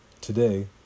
Today